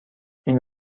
این